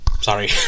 sorry